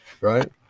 Right